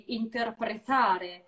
interpretare